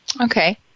Okay